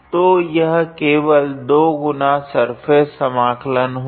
तो यह केवल 2 गुना सर्फेस समाकलन होगा